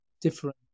different